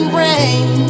rain